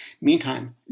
Meantime